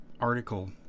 article